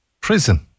prison